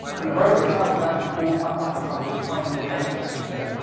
and the rover itself was actually all tucked up inside this tiny little base petal here,